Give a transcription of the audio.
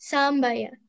Sambaya